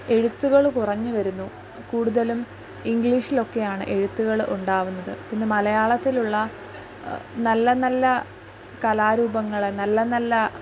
എഴുത്തുകൾ കുറഞ്ഞു വരുന്നു കൂടുതലും ഇംഗ്ലീഷിലൊക്കെയാണ് എഴുത്തുകൾ ഉണ്ടാവുന്നത് പിന്നെ മലയാളത്തിലുള്ള നല്ല നല്ല കലാരൂപങ്ങൾ നല്ല നല്ല